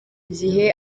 gihe